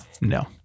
No